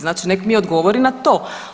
Znači nek mi odgovori na to.